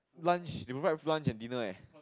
lunch they provide lunch and dinner eh